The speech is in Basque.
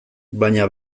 baina